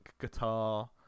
guitar